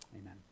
Amen